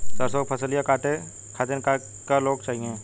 सरसो के फसलिया कांटे खातिन क लोग चाहिए?